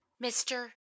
Mister